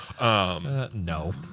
No